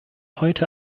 heute